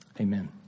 amen